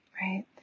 Right